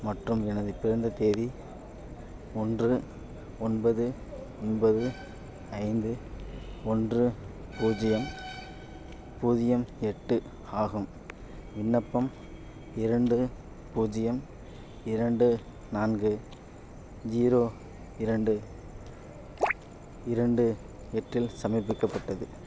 மற்றும் எனது பிறந்த தேதி ஒன்று ஒன்பது ஒன்பது ஐந்து ஒன்று பூஜ்ஜியம் பூஜ்ஜியம் எட்டு ஆகும் விண்ணப்பம் இரண்டு பூஜ்ஜியம் இரண்டு நான்கு ஜீரோ இரண்டு இரண்டு எட்டில் சமர்ப்பிக்கப்பட்டது